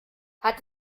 hat